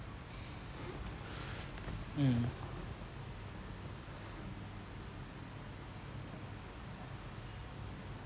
mm